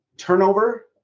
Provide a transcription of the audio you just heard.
Turnover